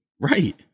Right